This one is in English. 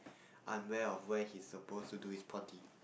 unaware of where he is supposed to do his potty